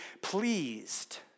pleased